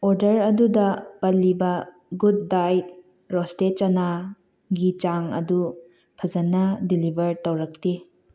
order ꯑꯗꯨꯗ ꯄꯜꯂꯤꯕ good diet roasted ꯆꯅꯥꯒꯤ ꯆꯥꯡ ꯑꯗꯨ ꯐꯖꯅ ꯗꯤꯂꯤꯕꯔ ꯇꯧꯔꯛꯇꯦ